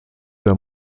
der